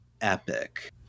epic